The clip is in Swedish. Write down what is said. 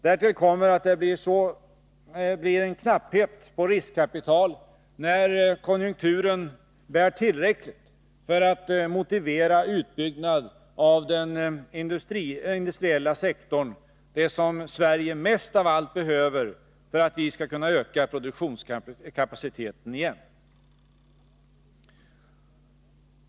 Därtill kommer att det blir en knapphet på riskkapital när konjunkturen bär tillräckligt för att motivera utbyggnad av den industriella sektorn — det som Sverige mest av allt behöver för att vi skall kunna öka produktionskapaciteten igen.